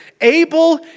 Abel